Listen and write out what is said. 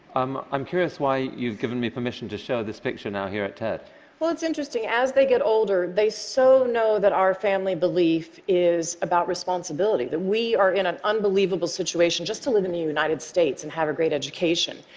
um i'm curious why you've given me permission to show this picture now here at ted. mg well, it's interesting. as they get older, they so know that our family belief is about responsibility, that we are in an unbelievable situation just to live in the united states and have a great education,